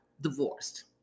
divorced